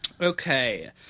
Okay